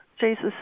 Jesus